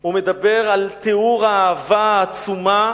הוא מדבר על תיאור האהבה העצומה